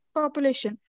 population